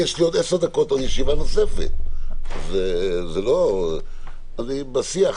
כי בסוף